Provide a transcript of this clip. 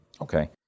Okay